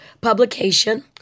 publication